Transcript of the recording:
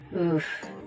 Oof